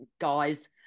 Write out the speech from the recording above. guys